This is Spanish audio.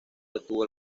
retuvo